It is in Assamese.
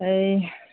সেই